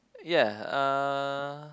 ya uh